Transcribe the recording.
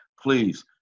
please